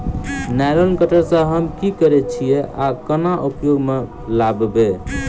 Nylon cutter सँ हम की करै छीयै आ केना उपयोग म लाबबै?